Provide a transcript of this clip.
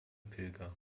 pilger